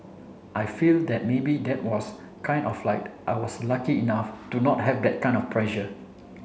I feel that maybe that was kind of like I was lucky enough to not have that kind of pressure